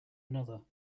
another